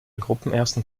gruppenersten